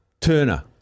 Turner